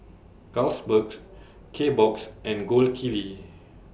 Carlsbergs Kbox and Gold Kili